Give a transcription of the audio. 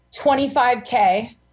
25k